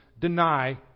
deny